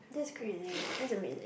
that's good already that is amazing